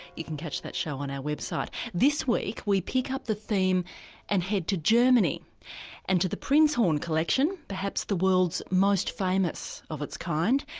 you can catch that show on our website. this week we pick up the theme and head to germany and to the prinzhorn collection, perhaps the world's most famous of its kind.